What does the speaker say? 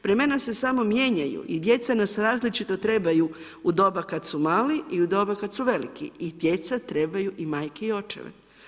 Vremena se samo mijenjaju i djeca nas različito trebaju u doba kad su mali i u doba kad su veliki i djeca trebaju i majke i očeve.